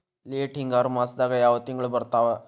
Late ಹಿಂಗಾರು ಮಾಸದಾಗ ಯಾವ್ ತಿಂಗ್ಳು ಬರ್ತಾವು?